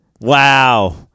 Wow